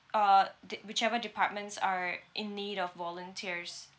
uh de~ whichever departments are in need of volunteers